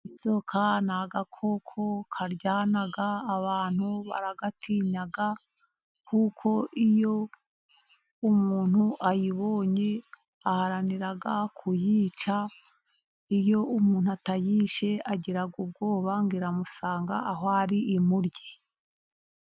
Inzoka ni agakoko karyana, abantu baragatinya, kuko iyo umuntu ayibonye aharanira kuyica, iyo umuntu atayishe agira ubwoba ngo iramusanga aho ari imurye.